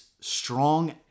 strong